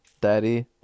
daddy